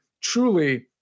truly